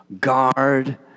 Guard